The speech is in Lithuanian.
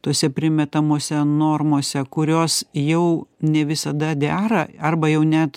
tose primetamose normose kurios jau ne visada dera arba jau net